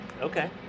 Okay